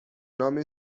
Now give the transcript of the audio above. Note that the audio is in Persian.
نام